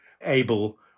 able